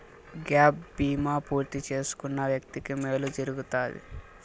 gap బీమా పూర్తి చేసుకున్న వ్యక్తికి మేలు జరుగుతాది